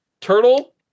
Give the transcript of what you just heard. Turtle